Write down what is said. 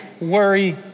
worry